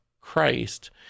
christ